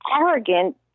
arrogant